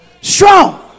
strong